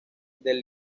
del